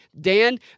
Dan